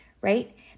right